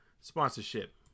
Sponsorship